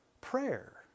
prayer